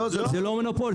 זה לא מונופול,